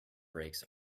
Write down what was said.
brakes